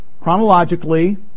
Chronologically